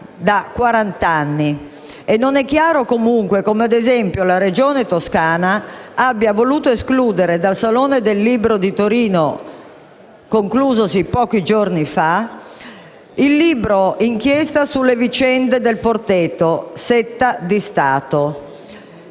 Non è chiaro nemmeno come mai la Regione Toscana abbia voluto escludere dal Salone del libro di Torino, conclusosi pochi giorni fa, il libro inchiesta sulle vicende del Forteto, intitolato